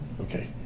Okay